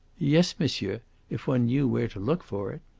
yes, monsieur if one knew where to look for it.